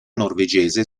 norvegese